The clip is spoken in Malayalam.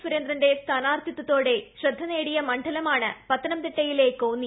സുരേന്ദ്രന്റെ സ്ഥാനാർത്ഥിത്വത്തോടെ ശ്രദ്ധ നേടിയ മണ്ഡലമാണ് പത്തനംതിട്ടയിലെ കോന്നി